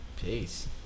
Peace